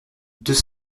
deux